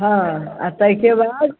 हँ आ ताहिके बाद